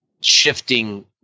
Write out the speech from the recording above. shifting